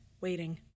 waiting